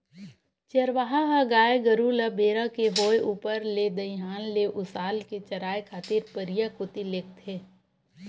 चरवाहा ह गाय गरु ल बेरा के होय ऊपर ले दईहान ले उसाल के चराए खातिर परिया कोती लेगथे